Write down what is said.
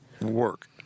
work